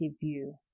view